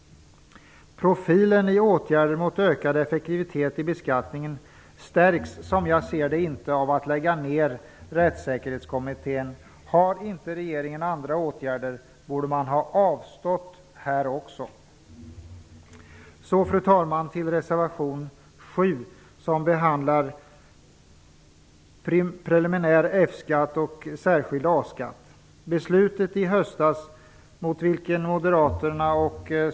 Profilen i åtgärder mot ökad effektivitet i beskattningen stärks som jag ser det inte av att man lägger ner Rättssäkerhetskommittén. Har inte regeringen andra åtgärder, borde man ha avstått i det här fallet. Fru talman!